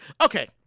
okay